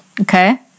Okay